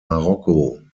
morocco